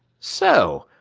so,